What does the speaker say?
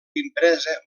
impresa